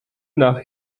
nach